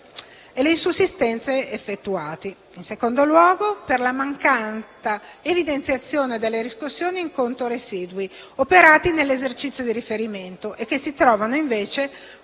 e le insussistenze effettuati; in secondo luogo, per la mancata evidenziazione delle riscossioni in conto residui operate nell'esercizio di riferimento, che si trovano invece